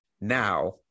Now